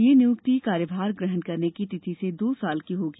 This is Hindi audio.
यह नियुक्ति कार्यभार ग्रहण करने की तिथि से दो वर्ष की होगी